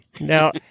Now